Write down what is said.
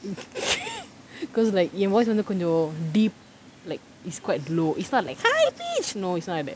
because like என்:en voice வந்து கொஞ்சம்:vanthu konjam deep like it's quite low it's not like high-pitched no it's not like that